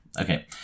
okay